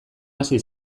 hasi